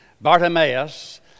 Bartimaeus